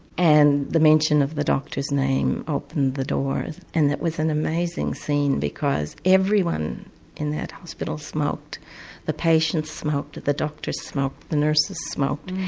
and the mention of the doctor's name opened the doors. and it was an amazing scene because everyone in that hospital smoked the patients smoked, the doctors smoked, the nurses smoked.